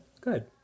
good